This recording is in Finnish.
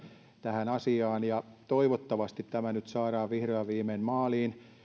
tähän asiaan toivottavasti tämä nyt saadaan vihdoin ja viimein maaliin